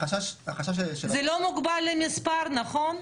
זה לא מוגבל למספר, נכון?